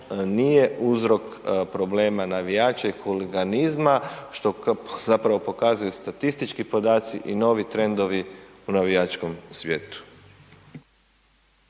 nije uzrok problema navijača i huliganizma što zapravo pokazuju statistički podaci i novi trendovi u navijačkom svijetu.